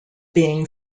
being